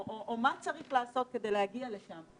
או מה צריך לעשות כדי להגיע לשם.